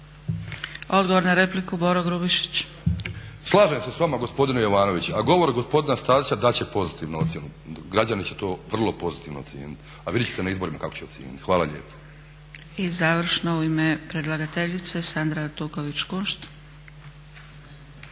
**Grubišić, Boro (HDSSB)** Slažem se sa vama gospodine Jovanović, a govor gospodina Stazića dat će pozitivnu ocjenu, građani će to vrlo pozitivno ocijeniti, a vidjet ćete na izborima kako će ocijeniti. Hvala lijepo. **Zgrebec, Dragica (SDP)** I završno u ime predlagateljice Sandra Artuković Kunšt.